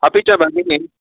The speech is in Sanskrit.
अपि च भगिनि